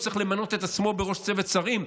הוא צריך למנות את עצמו כראש צוות שרים,